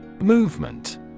Movement